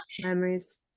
Memories